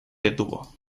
detuvo